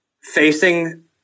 facing